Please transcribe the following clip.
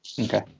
Okay